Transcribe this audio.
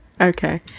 Okay